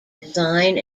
design